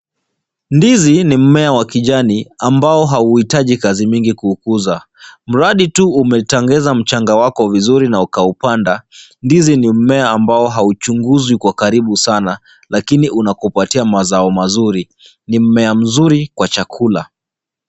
Ndizi ni mmea wa kijani ambao hauhitaji kazi mingi kuukuza mradi tu umetengeza mchanga wako vizuri na ukaupanda. Ndizi ni mmea ambao hauchunguzwi kwa karibu sana, lakini unakupatia mazao mazuri. Ni mmea mzuri kwa chakula.